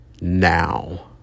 now